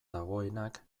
dagoenak